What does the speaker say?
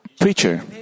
preacher